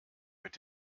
mit